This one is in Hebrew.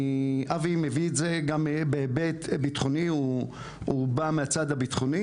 אבי מביא את זה גם בהיבט בטחוני הוא בא מהצד הבטחוני